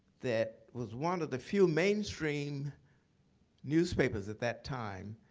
that was one of the few mainstream newspapers at that time,